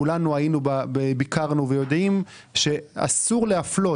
כולנו ביקרנו ויודעים שאסור להפלות.